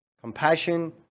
compassion